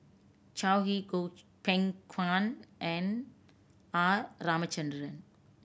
Yao Zi Goh Beng Kwan and R Ramachandran